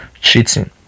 cheating